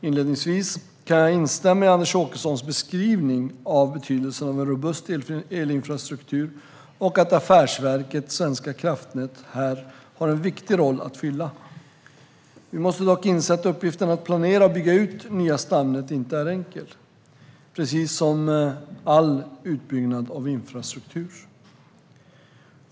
Inledningsvis kan jag instämma i Anders Åkessons beskrivning av betydelsen av en robust elinfrastruktur och att Affärsverket svenska kraftnät här har en viktig roll att fylla. Vi måste dock inse att uppgiften att planera och bygga ut nya stamnät inte är enkel, precis som all utbyggnad av infrastruktur.